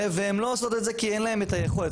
והן לא עושות את זה כי אין להן את היכולת.